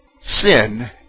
Sin